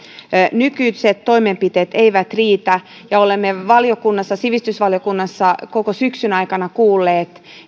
nykyiset toimenpiteet eivät riitä ja olemme sivistysvaliokunnassa koko syksyn aikana kuulleet